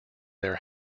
their